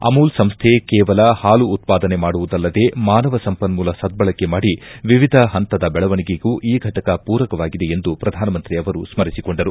ಅಮೂಲ್ ಸಂಸ್ಥೆ ಕೇವಲ ಹಾಲು ಉತ್ಪಾದನೆ ಮಾಡುವುದಲ್ಲದೇ ಮಾನವ ಸಂಪನ್ಮೂಲ ಸದ್ದಳಕೆ ಮಾಡಿ ವಿವಿಧ ಹಂತದ ಬೆಳವಣೆಗೆಗೂ ಈ ಫಟಕ ಪೂರಕವಾಗಿದೆ ಎಂದು ಪ್ರಧಾನಮಂತ್ರಿ ಅವರು ಸ್ಪರಿಸಿಕೊಂಡರು